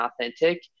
authentic